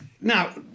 Now